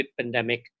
pandemic